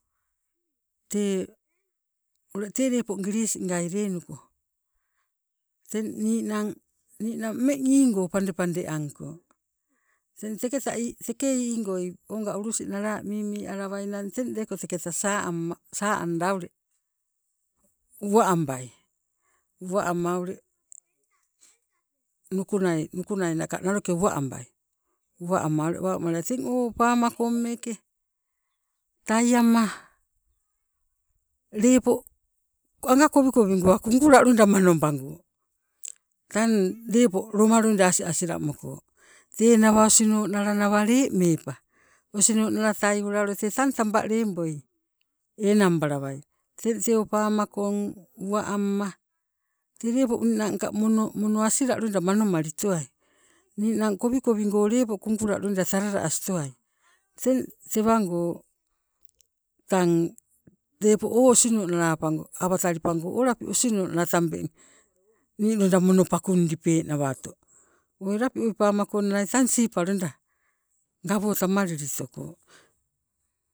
Tee ule tee lepo gilising gai lenuko teng ninang, ninang ummeng iingo pandepade angko teng teketa ii teke iigoi ulusi nala mimialawainang teng leko teketa saa amma saa anda ule uwa ambai, uwa ama ule nukunai, nukunai naloke uwa ambai uwa ama ule wau maliai. Teng o pama kong meeke taiama lepo anga kowikowingoa kungula loida mannobago, tang lepo loma loida asi asilamoko tenawa osino nala nawa leemepa, osino nala taiula tang taba leboi enang balawai. Teng tee o pama kong uwa amma tee lepo ninangka mono asila loida manomali towai ninang kowikowingo lepo kungula talala astowai, teng tewango tang napo o osino nala awa talipango olapi osinonala tambeng nii loida mono pakundipe nawato tei oi pamakonalai tang siipa loida gawotamalili toko.